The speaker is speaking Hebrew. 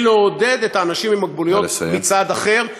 ולעודד את האנשים עם המוגבלות מצד אחר.